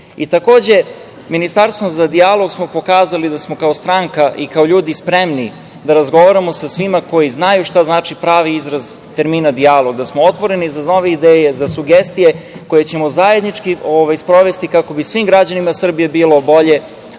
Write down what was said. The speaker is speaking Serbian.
rešiti. Takođe, ministarstvom za dijalog smo pokazali da smo kao stranka i kao ljudi spremni da razgovaramo sa svima koji znaju šta znači pravi izraz termina dijalog. Da smo otvoreni za nove ideje, za sugestije koje ćemo zajednički sprovesti kako svim građanima Srbije bilo bolje,